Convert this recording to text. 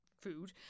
food